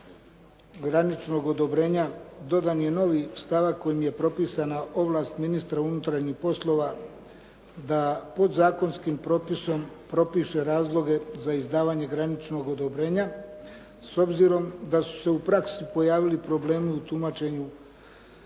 graničnog odobrenja, dodan je novi stavak kojim je propisana ovlast ministra unutarnjih poslova da podzakonskim propisom propiše razloge za izdavanje graničnog odobrenja s obzirom da su se u praski pojavili problemi u tumačenju